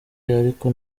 ariko